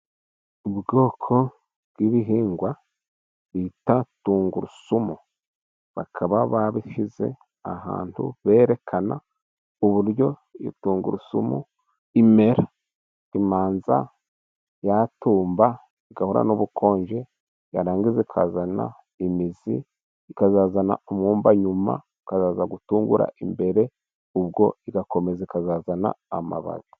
Ubwoko bw'ibihingwa bita tungurusumu. Bakaba babishyize ahantu berekana uburyo iyo tungurusumu imera. Imanza yatumba, Igahura n'ubukonje. Yarangiza ikazana imizi, ikazazana umwumba, nyuma ukaza gutungura imbere, ubwo igakomeza ikazazana amababi.